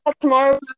tomorrow